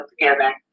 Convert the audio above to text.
together